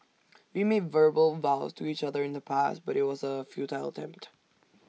we made verbal vows to each other in the past but IT was A futile attempt